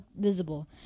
visible